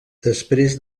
després